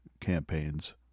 campaigns